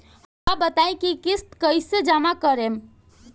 हम का बताई की किस्त कईसे जमा करेम?